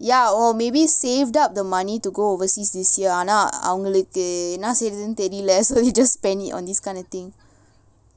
ya or maybe saved up the money to go overseas this year ஆனா அவங்களுக்கு என்னா செய்றனு தெரியல:aanaa avangalukku ennaa seiranu theriyala so you just spend it on this kind of thing